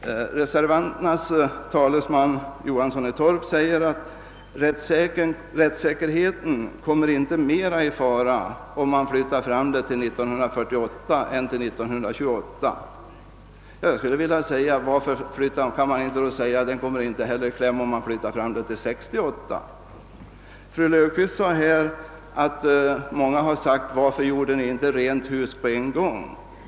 Reservanternas talesman herr Johansson i Torp sade att räntesäkerheten inte kommer i fara mera om vi flyttar fram inlösningsrätten till 1948 än om vi stannar för 1928. Men då kan man också säga att faran inte blir större om vi flyttar fram inlösningsrätten till 1968. Fru Löfqvist citerade en fråga som hon ofta hört, nämligen: Varför gjorde ni inte rent hus på en gång?